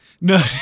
No